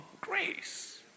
Grace